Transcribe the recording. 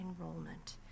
enrollment